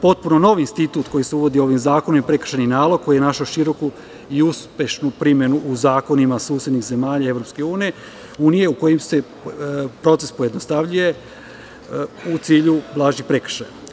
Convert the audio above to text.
Potpuno novi institut koji se uvodi ovim zakonom je prekršajni nalog, koji je našao široku i uspešnu primenu u zakonima u susednim zemljama EU, u kojima se proces pojednostavljuje u cilju blažih prekršaja.